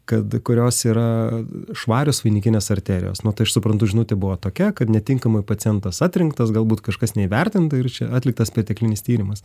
kad kurios yra švarios vainikinės arterijos nu tai aš suprantu žinutė buvo tokia kad netinkamai pacientas atrinktas galbūt kažkas neįvertinta ir čia atliktas perteklinis tyrimas